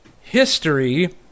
history